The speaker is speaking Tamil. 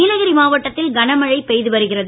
நீலகிரி மாவட்டத்தில் கனமழை பெய்து வருகிறது